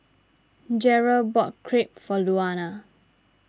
Jere bought Crepe for Luana